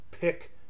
pick